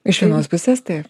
iš visos pusės taip